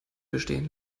bestehen